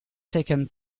taken